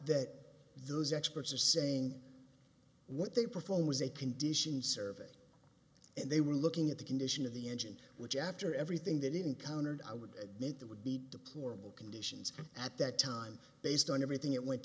that those experts are saying what they performed was a condition survey and they were looking at the condition of the engine which after everything that encountered i would note that would be deplorable conditions at that time based on everything it went to